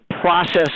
process